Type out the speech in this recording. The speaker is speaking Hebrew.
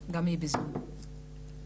בזום.